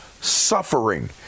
suffering